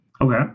okay